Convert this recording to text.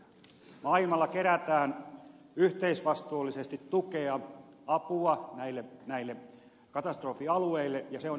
maailmalla kerätään yhteisvastuullisesti tukea apua näille katastrofialueille ja se on ihan oikein